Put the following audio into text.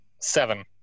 seven